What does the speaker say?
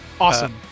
awesome